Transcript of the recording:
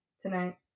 tonight